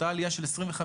אותה עלייה של 25%,